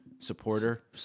Supporter